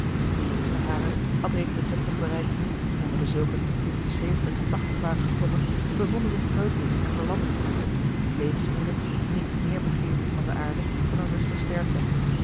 de jongste harer had reeds de zestig bereikt onder dezulken die tot de zeventig en tachtig waren geklommen bevonden zich kreupelen en verlamden die levensmoede niets meer begeerden van de aarde dan een rustig sterfbed